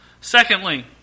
Secondly